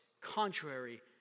Contrary